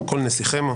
כל-נסיכימו.